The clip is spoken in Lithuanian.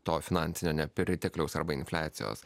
to finansinio nepritekliaus arba infliacijos